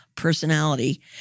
personality